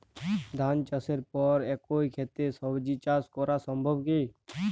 ধান চাষের পর একই ক্ষেতে সবজি চাষ করা সম্ভব কি?